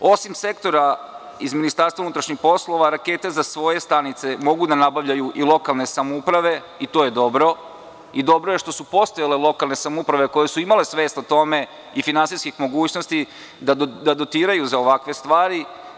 Osim sektora iz MUP, rakete za svoje stanice mogu da nabavljaju i lokalne samouprave i to je dobro i dobro je što su postojale lokalne samouprave koje su imale svest o tome i finansijskih mogućnosti da dotiraju za ovakve stvari.